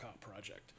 project